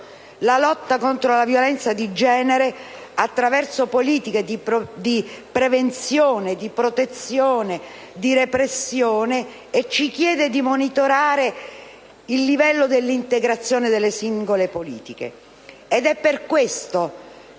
la lotta contro la violenza di genere attraverso politiche di prevenzione, di protezione, di repressione, e ci chiede di monitorare il livello dell'integrazione delle singole politiche.